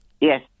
Yes